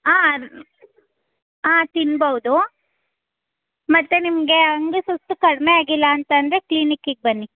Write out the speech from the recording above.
ಹಾಂ ಹಾಂ ತಿನಬೋದು ಮತ್ತೆ ನಿಮಗೆ ಹಂಗೆ ಸುಸ್ತು ಕಡಿಮೆ ಆಗಿಲ್ಲ ಅಂತಂದ್ರೆ ಕ್ಲಿನಿಕ್ಕಿಗೆ ಬನ್ನಿ